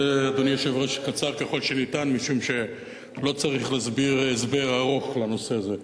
אעשה את זה קצר ככל שניתן משום שלא צריך להסביר הסבר ארוך לנושא הזה.